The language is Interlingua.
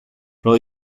pro